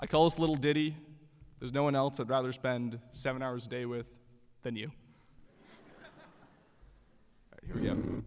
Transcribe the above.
i call this little diddy there's no one else i'd rather spend seven hours a day with than you he